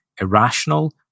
irrational